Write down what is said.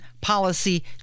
policy